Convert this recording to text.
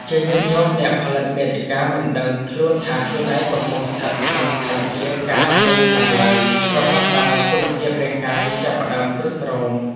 ជាញឹកញាប់ អ្នកផលិតមាតិកាមិនដឹងខ្លួនថាខ្លួនឯងកំពុងស្ថិតក្នុងស្ថានភាព ការហត់នឿយខ្លាំងឡើយ រហូតដល់សុខភាពរាងកាយចាប់ផ្ដើមទ្រុឌទ្រោម។